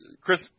Chris